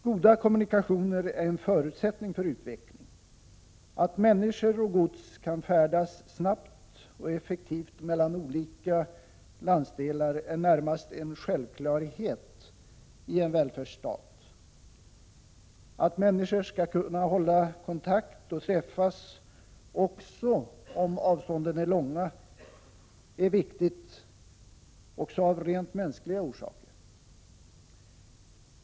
Goda kommunikationer är en förutsättning för utveckling. Att människor och gods kan färdas snabbt och effektivt mellan olika landsdelar är närmast en självklarhet i en välfärdsstat. Att människor skall kunna hålla kontakt och träffas också om avstånden är långa är viktigt också av rent mänskliga orsaker.